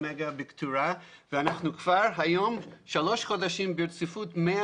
40 מגה בקטורה ואנחנו כבר היום שלושה חודשים ברציפות עם 100